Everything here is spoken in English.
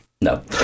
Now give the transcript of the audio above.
No